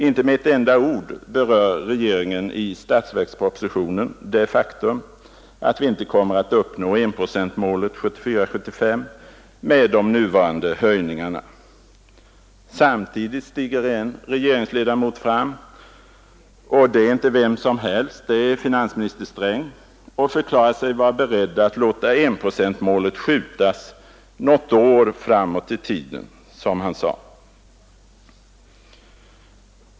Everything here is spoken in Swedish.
Inte med ett enda ord berör regeringen i statsverkspropositionen det faktum att vi inte kommer att uppnå enprocentsmålet 1974/75 med de nuvarande höjningarna. Samtidigt stiger en regeringsledamot fram — och det är inte vem som helst, det är finansminister Sträng — och förklarar sig vara beredd att låta enprocentsmålet skjutas något år framåt i tiden, som han sade.